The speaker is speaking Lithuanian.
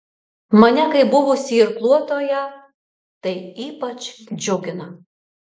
mane kaip buvusį irkluotoją tai ypač džiugina